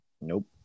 Nope